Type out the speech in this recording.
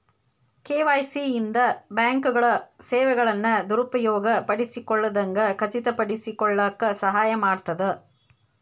KYC ಇಂದ ಬ್ಯಾಂಕ್ಗಳ ಸೇವೆಗಳನ್ನ ದುರುಪಯೋಗ ಪಡಿಸಿಕೊಳ್ಳದಂಗ ಖಚಿತಪಡಿಸಿಕೊಳ್ಳಕ ಸಹಾಯ ಮಾಡ್ತದ